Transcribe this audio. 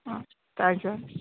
thank you అండి